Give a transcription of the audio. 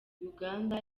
uganda